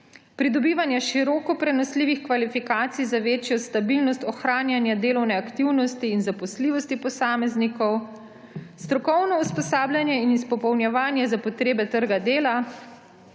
pridobivanje široko prenosljivih kvalifikacij za večjo stabilnost ohranjanja delovne aktivnosti in zaposljivosti posameznikov, strokovno usposabljanje in izpopolnjevanje za potrebe trga dela,